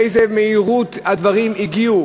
באיזו מהירות הדברים הגיעו